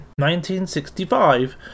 1965